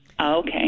Okay